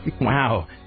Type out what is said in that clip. Wow